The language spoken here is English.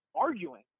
arguing